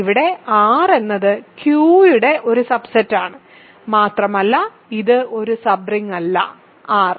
ഇവിടെ R എന്നത് Q യുടെ ഒരു സബ്സെറ്റാണ് മാത്രമല്ല ഇത് ഒരു സബ് റിങ്ങല്ല R